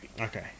Okay